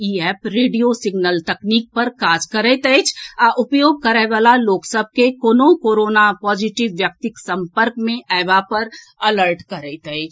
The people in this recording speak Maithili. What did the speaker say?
ई एप रेडियो सिग्नल तकनीक पर काज करैत अछि आ उपयोग करएवाल लोक सभ के कोनहुं कोरोना पॉजिटिव व्यक्तिक सम्पर्क मे अएबा पर अलर्ट करैत अछि